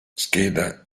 scheda